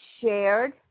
shared